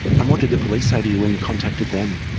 and what did the police say to you when you contacted them?